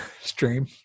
stream